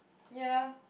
ya